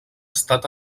estat